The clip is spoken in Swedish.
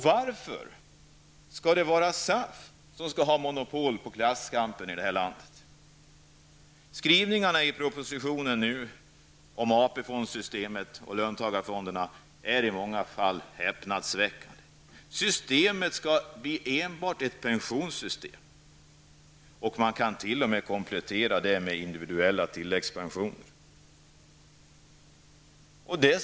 Varför skall SAF ha monopol på klasskampen i detta land? fondssystemet och löntagarfonderna är i många fall häpnadsväckande. Systemet skall enbart bli ett pensionssystem. Det skall t.o.m. kunna kompletteras med individuella tilläggspensioner.